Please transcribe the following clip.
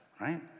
right